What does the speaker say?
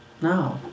No